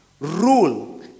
Rule